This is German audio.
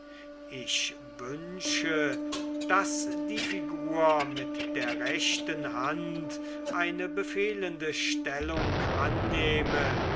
ich wünsche daß die figur mit der rechten hand eine befehlende stellung annehme